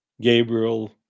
gabriel